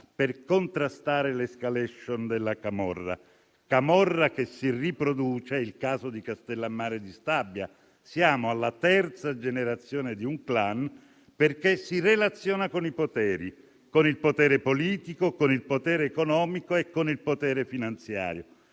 per contrastare l'*escalation* della camorra, che si riproduce (nel caso di Castellammare di Stabia siamo infatti alla terza generazione di un *clan*), perché si relaziona con i poteri: con il potere politico, con quello economico e con quello finanziario.